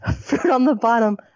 fruit-on-the-bottom